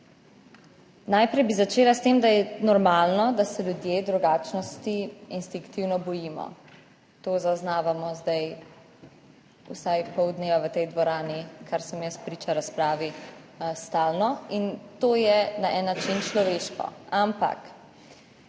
Najprej bi začela s tem, da je normalno, da se ljudje drugačnosti instinktivno bojimo. To zaznavamo sedaj vsaj pol dneva v tej dvorani, kar sem jaz priča razpravi, stalno in to je na en način človeško, ampak